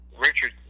Richard